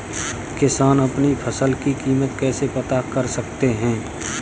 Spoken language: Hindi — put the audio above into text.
किसान अपनी फसल की कीमत कैसे पता कर सकते हैं?